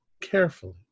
carefully